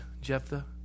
Jephthah